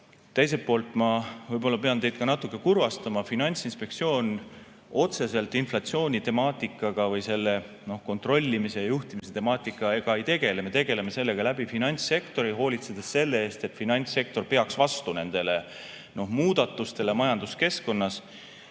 Teiselt poolt ma võib-olla pean teid natuke kurvastama, Finantsinspektsioon otseselt inflatsiooni temaatikaga või selle kontrollimise ja juhtimise temaatikaga ei tegele. Me tegeleme sellega läbi finantssektori, hoolitsedes selle eest, et finantssektor peaks vastu muudatustele majanduskeskkonnas.